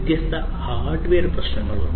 വ്യത്യസ്ത ഹാർഡ്വെയർ പ്രശ്നങ്ങളുണ്ട്